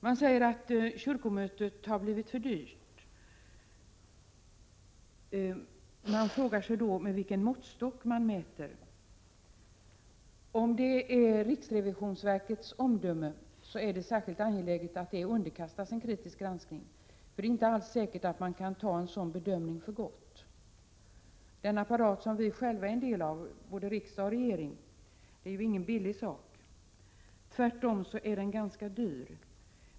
Man säger att kyrkomötet har blivit för dyrt. Med vilken måttstock mäter man då? Om det är riksrevisionsverkets omdöme, är det särskilt angeläget att det underkastas en kritisk granskning. Det är nämligen inte alls säkert att man kan ta en sådan bedömning för gott. Den apparat som vi själva är en del av, både riksdag och regering, är inte billig. Tvärtom är den ganska dyr.